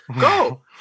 Go